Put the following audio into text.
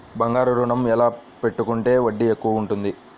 బంగారు ఋణం ఎలా పెట్టుకుంటే వడ్డీ తక్కువ ఉంటుంది?